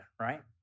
right